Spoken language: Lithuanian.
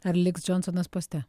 ar liks džonsonas poste